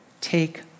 Take